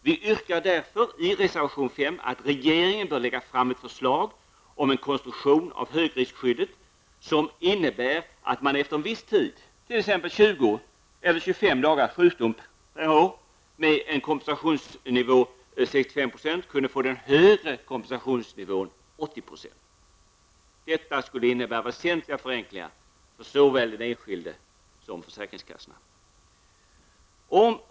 Vi yrkar därför i reservation 5 att regeringen bör lägga fram förslag om en konstruktion av högriskskyddet som innebär att man efter en viss tid, t.ex. 20 eller 25 dagars sjukdom per år, med kompensationsnivån 65 % Detta skulle innebära väsentliga förenklingar såväl för den enskilde som för försäkringskassorna.